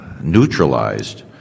neutralized